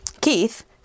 Keith